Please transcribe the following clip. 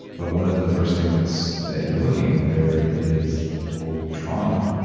but one of the first things that you're looking at there is old trauma.